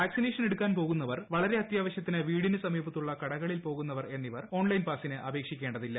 vaccination എടുക്കാൻ പോകുന്നവർ വളരെ അത്യാവശൃത്തിന് വീടിന് സമീപത്തുളള കടകളിൽ പോകുന്നവർ എന്നിവർ ഓൺലൈൻ പാസിന് അപേക്ഷിക്കേണ്ടതില്ല